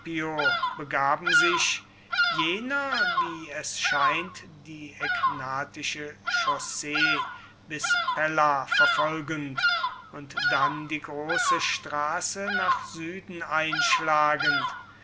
begaben sich jener wie es scheint die egnatische chaussee bis pella verfolgend und dann die große straße nach süden einschlagend